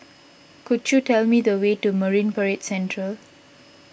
could you tell me the way to Marine Parade Central